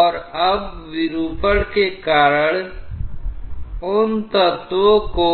और अब विरूपण के कारण उन तत्वों को